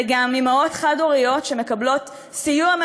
אלה גם אנשים קשישים שחיים